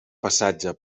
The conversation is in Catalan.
passatge